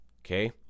Okay